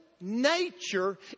nature